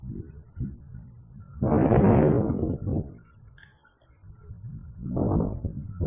ஆனால் இந்த சமன்பாடு சரியானதல்ல